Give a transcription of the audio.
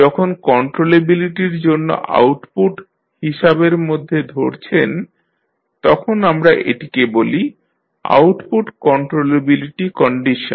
যখন কন্ট্রোলেবিলিটির জন্য আউটপুট হিসাবের মধ্যে ধরছেন তখন আমরা এটিকে বলি আউটপুট কন্ট্রোলেবিলিটি কন্ডিশন